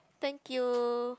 thank you